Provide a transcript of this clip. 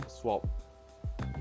swap